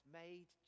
made